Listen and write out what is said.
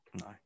No